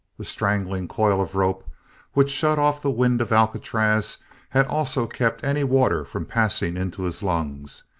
the strangling coil of rope which shut off the wind of alcatraz had also kept any water from passing into his lungs,